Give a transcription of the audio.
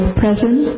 present